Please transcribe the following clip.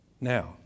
now